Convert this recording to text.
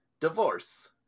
Divorce